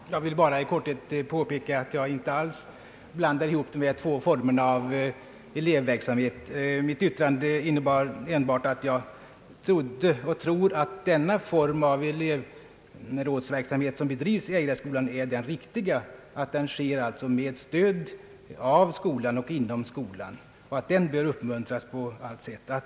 Herr talman! Jag vill bara i korthet påpeka att jag inte alls blandar ihop dessa två former av elevverksamhet. Mitt yttrande innebar enbart att jag tror att den form av elevrådsverksamhet som tillämpas vid FEiraskolan är den riktiga. Den bedrivs ju inom skolan med stöd av denna, och den bör uppmuntras på allt sätt.